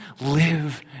live